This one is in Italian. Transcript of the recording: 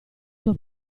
tuo